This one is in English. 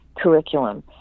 curriculum